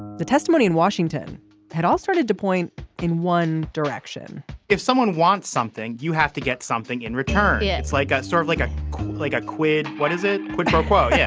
the testimony in washington had all started to point in one direction if someone wants something you have to get something in return. yeah it's like i sort of like a like a quid. what is it. quid pro quo yeah